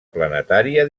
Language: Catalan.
planetària